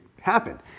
happen